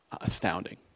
astounding